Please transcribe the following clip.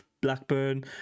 blackburn